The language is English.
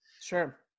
Sure